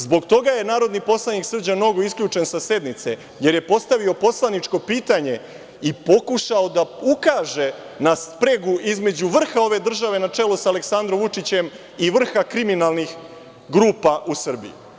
Zbog toga je narodni poslanik Srđan Nogo isključen sa sednice, jer je postavio poslaničko pitanje i pokušao da ukaže na spregu između vrha ove države na čelu sa Aleksandrom Vučićem i vrha kriminalnih grupa u Srbiji.